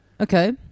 Okay